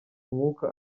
umwuka